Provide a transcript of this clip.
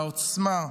בעוצמה,